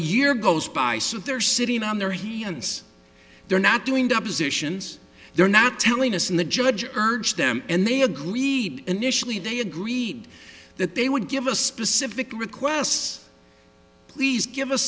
year goes by so they're sitting on their hands they're not doing depositions they're not telling us and the judge urged them and they agreed initially they agreed that they would give us specific requests please give us